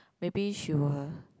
maybe she were